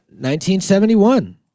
1971